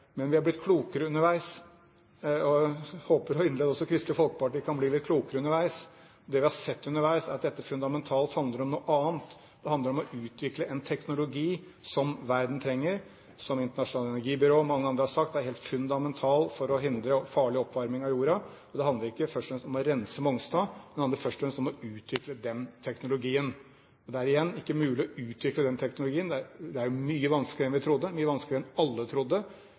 Men vi er blitt klokere underveis, og jeg håper inderlig at også Kristelig Folkeparti kan bli litt klokere underveis. Det vi har sett underveis, er at dette fundamentalt handler om noe annet. Det handler om å utvikle en teknologi som verden trenger, og som Det internasjonale energibyrå og mange andre har sagt er helt fundamentalt for å hindre farlig oppvarming av jorda. Det handler ikke først og fremst om å rense Mongstad, men det handler først og fremst om å utvikle den teknologien. Det er – igjen – ikke mulig å utvikle den teknologien. Det er mye vanskeligere enn vi trodde, mye vanskeligere enn alle